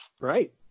Right